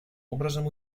образом